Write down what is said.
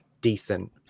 decent